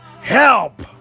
help